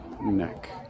Neck